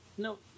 No